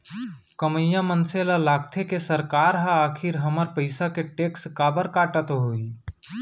कमइया मनसे ल लागथे के सरकार ह आखिर हमर पइसा के टेक्स काबर काटत होही